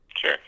sure